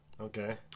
Okay